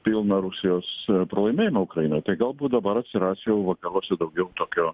pilną rusijos pralaimėjimą ukrainoj tai galbūt dabar atsiras jau vakaruose daugiau tokio